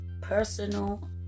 personal